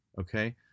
okay